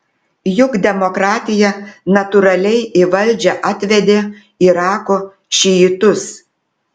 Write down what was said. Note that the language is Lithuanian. juk demokratija natūraliai į valdžią atvedė irako šiitus